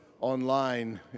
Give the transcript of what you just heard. online